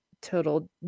total